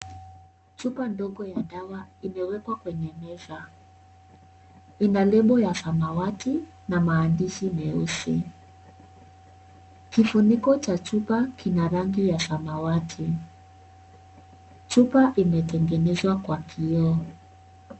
Chupa ndogo ya dawa, imewekwa kwenye meza. Ina lebo ya samawati na maandishi meusi. Kifuniko cha chupa kina rangi ya samawati. Chupa imetengenezwa kwa kioo.